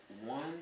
one